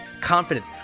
confidence